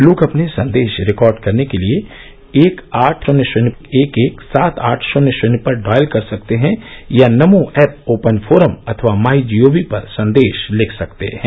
लोग अपने संदेश रिकॉर्ड करने के लिए एक आठ शून्य शून्य एक एक सात आठ शून्य शून्य पर डॉयल कर सकते हैं या नमो ऐप ओपन फोरम अथवा माई जी ओ वी पर संदेश लिख सकते हैं